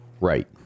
right